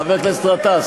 חבר הכנסת גטאס,